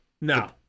No